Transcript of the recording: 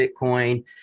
Bitcoin